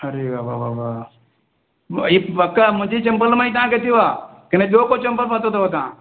अरे बाबा इहा पका मुंहिंजी चंपल मां ई तव्हांखे थियो आहे कि न ॿियो कोई चंपल पातो अथव तव्हां